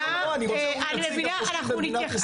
אנחנו נתייחס,